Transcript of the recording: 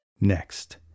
Next